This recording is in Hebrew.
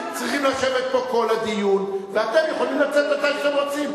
צריכים לשבת פה כל הדיון ואתם יכולים לצאת מתי שאתם רוצים.